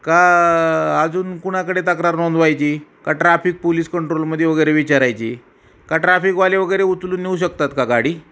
का अजून कुणाकडे तक्रार नोंदवायची का ट्राफिक पोलीस कंट्रोलमध्ये वगैरे विचारायची का ट्राफिकवाले वगैरे उचलून नेऊ शकतात का गाडी